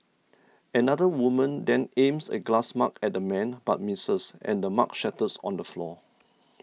another woman then aims a glass mug at the man but misses and the mug shatters on the floor